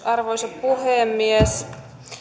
arvoisa puhemies